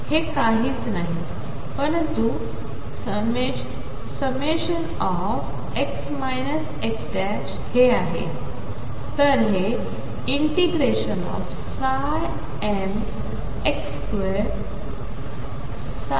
हे काहीच नाही परंतु δx x हे आहे तर हे ∫mx2ndx